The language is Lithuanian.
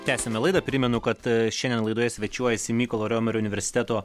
tęsiame laidą primenu kad šiandien laidoje svečiuojasi mykolo riomerio universiteto